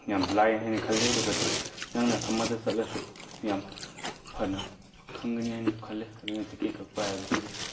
ꯌꯥꯝ ꯂꯥꯏ ꯍꯥꯏꯅ ꯈꯜꯂꯤ ꯑꯗꯨꯒ ꯅꯪꯅ ꯑꯃꯗ ꯆꯠꯂꯁꯨ ꯌꯥꯝ ꯐꯅ ꯈꯪꯒꯅꯤ ꯍꯥꯏꯅꯁꯨ ꯈꯜꯂꯤ ꯑꯗꯨꯅ ꯇꯤꯀꯦꯠ ꯀꯛꯄ ꯍꯥꯏꯕꯁꯤꯗꯤ